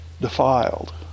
defiled